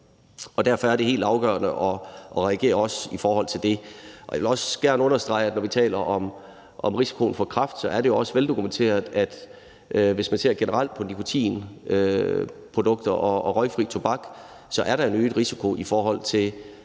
og derfor er det helt afgørende at reagere i forhold til det. Jeg vil også gerne understrege, at når vi taler om risikoen for kræft, så er det jo også veldokumenteret, at hvis man ser generelt på nikotinprodukter og røgfri tobak, er der en øget risiko i forhold til kræft